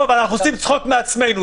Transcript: יעקב, אנחנו עושים צחוק מעצמנו.